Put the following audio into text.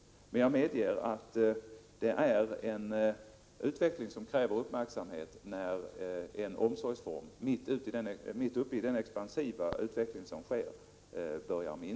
Men jag medger att det krävs uppmärksamhet om man upptäcker minskning inom en omsorgsform mitt upp i den expansiva utvecklingen.